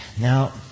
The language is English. Now